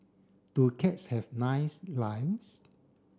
do cats have nice lives